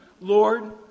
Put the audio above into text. Lord